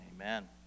amen